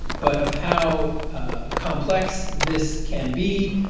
but of how complex this can be,